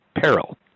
peril